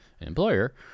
employer